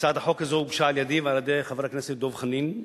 הצעת החוק הזו הוגשה על-ידי ועל-ידי חבר הכנסת דב חנין,